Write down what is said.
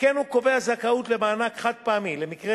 וכן הוא קובע זכאות למענק חד-פעמי למקרה